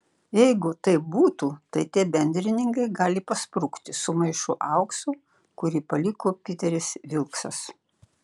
jeigu taip būtų tai tie bendrininkai gali pasprukti su maišu aukso kurį paliko piteris vilksas